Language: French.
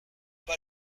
pas